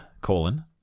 colon